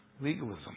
Legalism